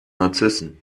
narzissen